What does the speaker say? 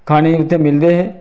खाने गी उत्थै मिलदे हे